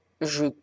Je